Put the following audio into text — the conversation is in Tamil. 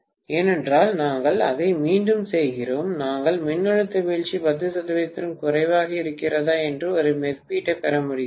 ஏனென்றால் நாங்கள் அதை மீண்டும் செய்கிறோம் நாங்கள் மின்னழுத்த வீழ்ச்சி 10 சதவிகிதத்திற்கும் குறைவாக இருக்கிறதா என்று ஒரு மதிப்பீட்டைப் பெற முடிகிறது